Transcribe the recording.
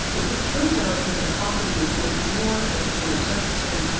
if it turns out that the property is worth more at the date of sentencing,